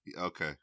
okay